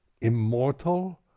immortal